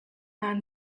man